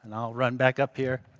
and i'll run back up here.